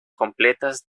completas